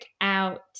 out